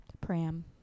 Pram